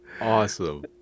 Awesome